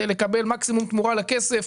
לקבל מקסימום תמורה לכסף,